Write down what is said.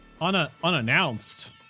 Unannounced